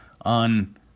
on